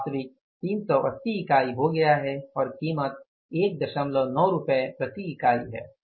अब वास्तविक 380 इकाई हो गया है और कीमत 19 रुपये प्रति इकाई है